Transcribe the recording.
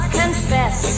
confess